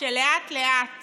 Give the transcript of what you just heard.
וכשלאט-לאט